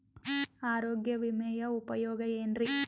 ಆರೋಗ್ಯ ವಿಮೆಯ ಉಪಯೋಗ ಏನ್ರೀ?